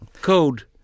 Code